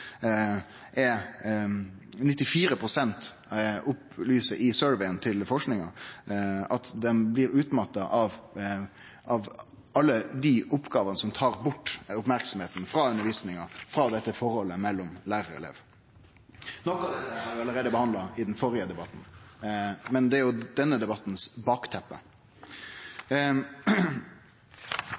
forskinga at dei blir utmatta av alle dei oppgåvene som tar bort merksemda frå undervisninga, frå dette forholdet mellom lærar og elev. Noko av dette har vi alt behandla i den førre debatten, men det er bakteppet til denne